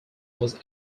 was